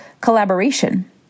collaboration